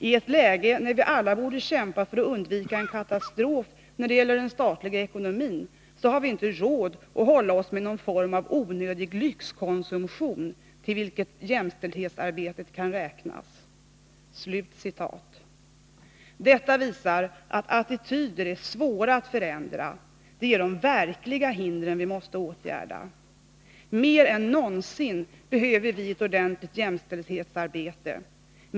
I ett läge när vi alla borde kämpa för att undvika en katastrof när det gäller den statliga ekonomin så har vi inte råd att hålla oss med någon form av onödig lyxkonsumtion till vilket ”jämställdhetsarbetet” kan räknas.” Detta visar att attityder är svåra att förändra, det är de verkliga hindren vi måste åtgärda. Mer än någonsin behöver vi ett ordentligt jämställdhetsarbete.